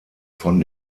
von